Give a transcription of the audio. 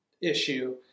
issue